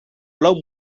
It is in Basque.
lau